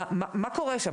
מה קורה שם?